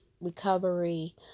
recovery